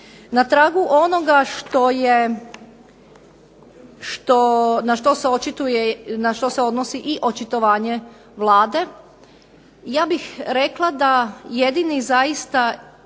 Na tragu onoga što je, na što se odnosi i očitovanje Vlade, ja bih rekla da jedini zaista